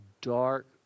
dark